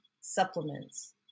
supplements